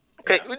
Okay